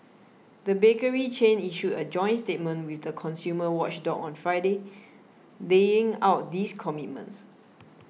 the bakery chain issued a joint statement with the consumer watchdog on Friday laying out these commitments